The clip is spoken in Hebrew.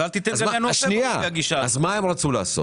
אז לפי הגישה הזאת אל תיתן לינואר-פברואר.